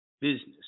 business